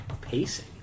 Pacing